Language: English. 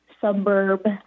suburb